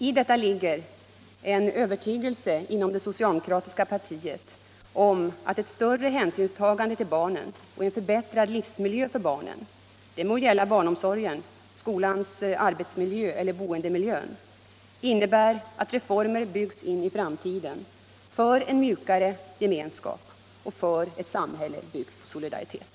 I detta ligger en övertygelse inom det socialdemokratiska partiet om att ett större hänsynstagande till barnen och en förbättrad livsmiljö för barnen —- det må gälla barnomsorgen, skolans arbetsmiljö eller boendemiljön — innebär att reformer byggs in i framtiden för en mjukare gemenskap och för ett samhälle grundat på solidaritet.